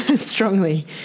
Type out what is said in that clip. strongly